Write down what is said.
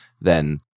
then-